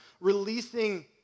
Releasing